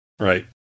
Right